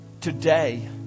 Today